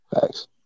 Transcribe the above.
Thanks